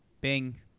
Bing